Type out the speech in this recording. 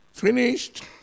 Finished